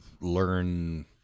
learn